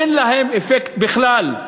אין להם אפקט בכלל?